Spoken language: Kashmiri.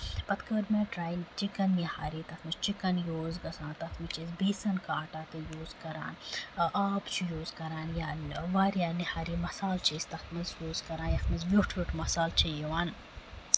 پَتہٕ کٔر مےٚ ٹراے چِکن نِہاری تَتھ منٛز چِکن یہِ اوس گژھان تَتھ منٛز تَتھ منٛز چھِ أسۍ بیسَن کا آٹا تہِ یوٗز کران آب چھِ یوٗز کران یا واریاہ نِہاری مَصالہٕ چھِ أسۍ تَتھ منٛز یوٗز کران یتھ منٛز وِیوٚٹھ وِیوٚٹھ مَصالہٕ چھِ یِوان